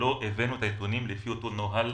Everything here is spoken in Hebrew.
שלא הבאנו את הנתונים לפי אותו נוהל.